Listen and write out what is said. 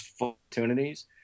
opportunities